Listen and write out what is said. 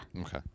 Okay